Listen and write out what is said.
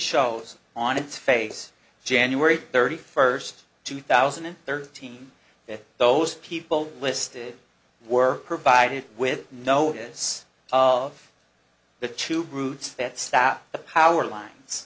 shows on its face january thirty first two thousand and thirteen that those people listed were provided with notice of the two routes that staff the power lines